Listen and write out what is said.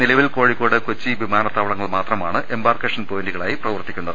നിലവിൽ കോഴിക്കോട് കൊച്ചി വിമാ നത്താവളങ്ങൾ മാത്രമാണ് എംബാർക്കേഷൻ പോയിന്റുകളായി പ്രവർത്തിക്കുന്നത്